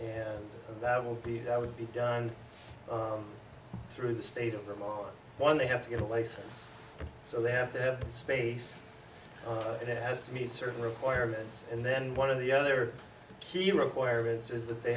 and that will be that would be done through the state of vermont one they have to get a license so they have to have space it has to meet certain requirements and then one of the other key requirements is that they